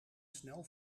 snel